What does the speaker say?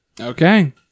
Okay